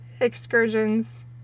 excursions